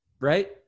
Right